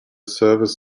service